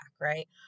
Right